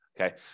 Okay